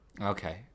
Okay